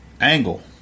angle